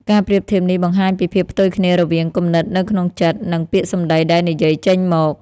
ការប្រៀបធៀបនេះបង្ហាញពីភាពផ្ទុយគ្នារវាង គំនិតនៅក្នុងចិត្ត និង ពាក្យសម្ដីដែលនិយាយចេញមក។